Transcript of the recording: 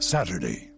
Saturday